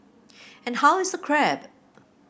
and how is the crab